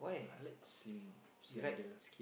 I like slim slender